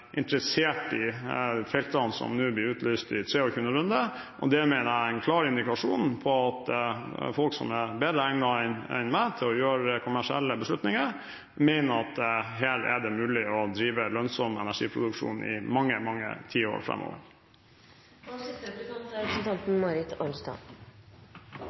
interessert i feltene som nå blir utlyst i den 23. runden. Det mener jeg er en klar indikasjon på at folk som er mer egnet enn jeg til å gjøre kommersielle beslutninger, mener at det her er mulig å drive lønnsom energiproduksjon i mange tiår framover.